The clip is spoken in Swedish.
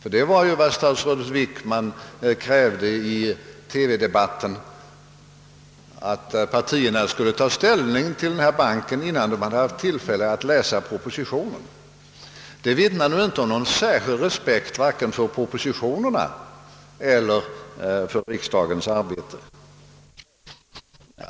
Detta var ju vad statsrådet Wickman krävde i TV-debatten i förra veckan — han menade att partierna skulle ta ställning till förslaget om den nya statliga kreditbanken innan vi inom partierna haft tillfälle att läsa propositionen. Det vittnar inte om någon särskild respekt för vare sig propositionerna eller riksdagens arbete.